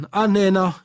anena